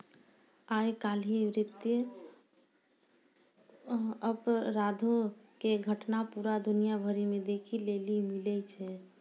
आइ काल्हि वित्तीय अपराधो के घटना पूरा दुनिया भरि मे देखै लेली मिलै छै